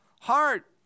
heart